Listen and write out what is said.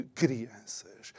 crianças